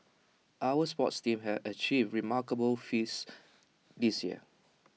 our sports teams have achieved remarkable feats this year